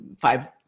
five